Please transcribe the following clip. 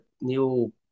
new